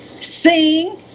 sing